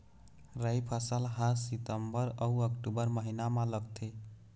राई फसल हा सितंबर अऊ अक्टूबर महीना मा लगथे